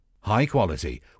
High-quality